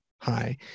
hi